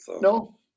No